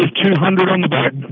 ah two hundred and but and